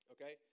Okay